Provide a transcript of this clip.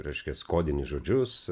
reiškias kodinį žodžius